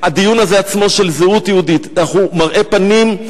הדיון הזה עצמו של זהות יהודית מראה פנים,